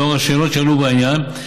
לאור השאלות שעלו בעניין,